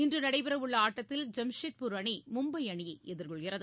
இன்று நடைபெறவுள்ள ஆட்டத்தில் ஜாம்சட்பூர் அணி மும்பை அணியை எதிர்கொள்கிறது